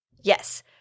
Yes